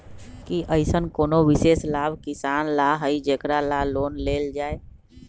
कि अईसन कोनो विशेष लाभ किसान ला हई जेकरा ला लोन लेल जाए?